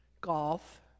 golf